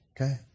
Okay